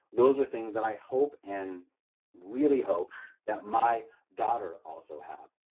those are things that i hope and really hope that my daughter also has.